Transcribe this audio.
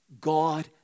God